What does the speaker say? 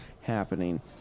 happening